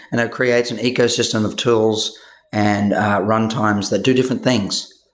and that creates an ecosystem of tools and runtimes that do different things,